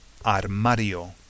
armario